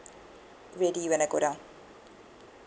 ready when I go down